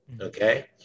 Okay